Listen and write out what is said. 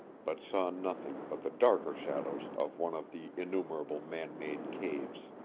but saw nothing but the darker shadows of one of the innumerable man-made caves.